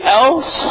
else